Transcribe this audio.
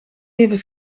even